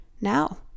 now